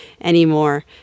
anymore